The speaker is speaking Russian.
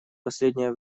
последнее